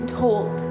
told